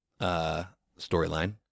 storyline